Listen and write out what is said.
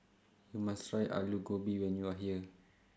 YOU must Try Alu Gobi when YOU Are here